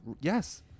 Yes